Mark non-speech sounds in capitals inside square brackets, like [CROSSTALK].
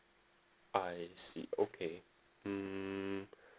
I see okay mm [BREATH]